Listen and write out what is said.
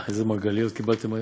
אה, איזה מרגליות קיבלתם היום.